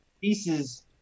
pieces